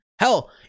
Hell